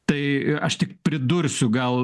tai aš tik pridursiu gal